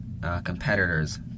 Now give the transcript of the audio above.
competitors